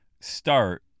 start